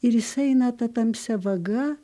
ir jis eina ta tamsia vaga